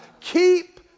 Keep